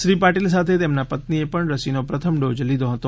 શ્રી પાટિલ સાથે તેમના પત્નીએ એ પણ રસીનો પ્રથમ ડોઝ લીધો હતો